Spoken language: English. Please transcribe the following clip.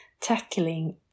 tackling